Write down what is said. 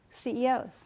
CEOs